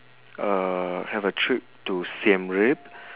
uh have a trip to siem reap